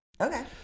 Okay